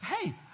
hey